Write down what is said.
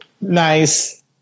Nice